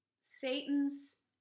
Satan's